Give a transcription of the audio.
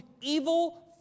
evil